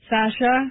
Sasha